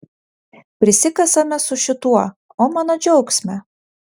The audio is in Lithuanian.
prisikasame su šituo o mano džiaugsme